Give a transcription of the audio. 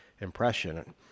impression